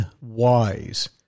wise